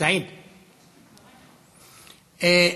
חוק הצעת חוק סדר הדין הפלילי (סמכויות אכיפה,